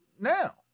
now